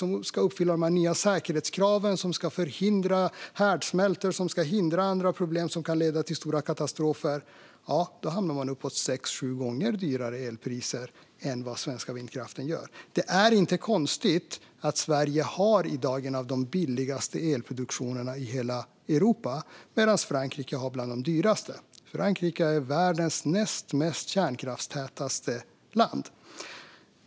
De ska uppfylla de nya säkerhetskraven som ska förhindra härdsmältor och andra problem som kan leda till stora katastrofer. Då blir det sex sju gånger dyrare elpriser än för den svenska vindkraften. Det är inte konstigt att Sverige i dag har en av de billigaste elproduktionerna i hela Europa medan Frankrike har bland de dyraste. Och Frankrike är världens näst mest kärnkraftstäta land.